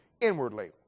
inwardly